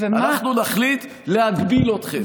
אנחנו נחליט להגביל אתכם?